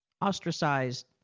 ostracized